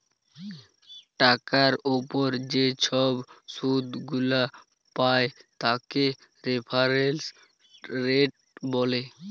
টাকার উপর যে ছব শুধ গুলা পায় তাকে রেফারেন্স রেট ব্যলে